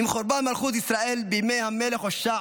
"עם חורבן מלכות ישראל בימי המלך הושע